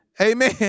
Amen